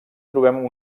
trobem